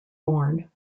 born